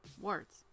Words